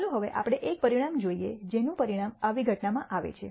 ચાલો હવે આપણે એક પરિણામ જોઈએ જેનું પરિણામ આવી ઘટનામાં આવે છે